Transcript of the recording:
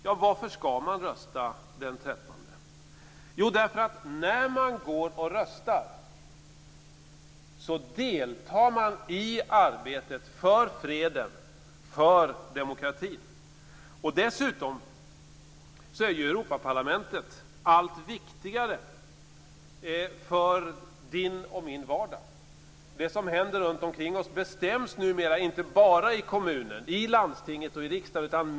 Varför skall man rösta den 13 juni? Jo, när man röstar, deltar man i arbetet för freden, för demokratin. Dessutom är Europaparlamentet allt viktigare för din och min vardag. Det som händer runtomkring oss bestäms numera inte bara i kommunen, landstinget och riksdagen.